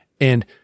And-